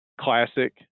classic